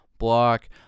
block